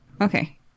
okay